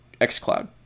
xCloud